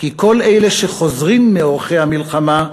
"כל אלו שחוזרין מעורכי המלחמה,